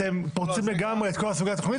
אתם פורצים לגמרי את כל הסוגיה התכנונית